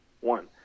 One